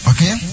Okay